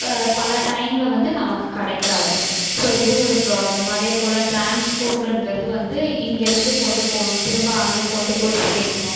பல டைம்மில் வந்து நமக்கு கிடைக்காது ஸோ இது ஒரு ப்ராப்ளம் அதே போல் ட்ரான்ஸ்போர்ட்டுங்கிறது வந்து இங்கேருந்து கொண்டு போகணும் திரும்ப அங்கே கொண்டு போய் சேர்க்கணும்